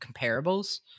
comparables